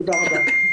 תודה רבה.